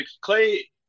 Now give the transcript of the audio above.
clay